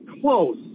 close